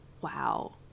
Wow